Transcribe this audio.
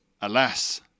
Alas